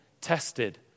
tested